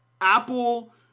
apple